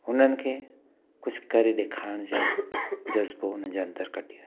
हुननि खे कुझु करे ॾेखारण जी जज़्बो उन्हनि जे अंदरु कढी अचिणो